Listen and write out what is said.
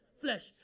Flesh